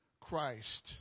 Christ